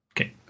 Okay